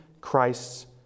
Christ's